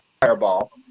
fireball